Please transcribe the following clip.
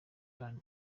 than